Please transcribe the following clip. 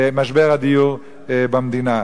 משבר הדיור במדינה.